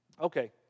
Okay